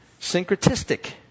syncretistic